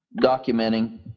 documenting